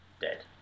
dead